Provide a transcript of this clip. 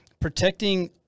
protecting –